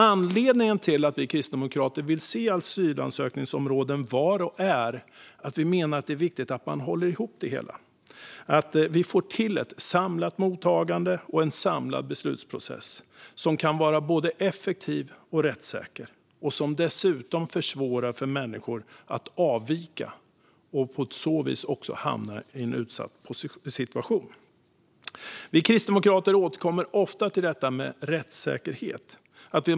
Anledningen till att vi kristdemokrater vill se asylansökningsområden var och är att vi menar att det är viktigt att hålla ihop det hela, att få till ett samlat mottagande och en samlad beslutsprocess som kan vara både effektiv och rättssäker. Den ska dessutom försvåra för människor att avvika och på så vis hamna i en utsatt situation. Vi kristdemokrater återkommer ofta till detta med rättssäkerhet.